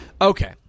Okay